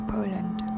Poland